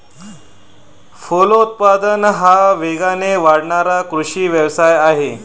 फलोत्पादन हा वेगाने वाढणारा कृषी व्यवसाय आहे